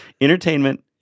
entertainment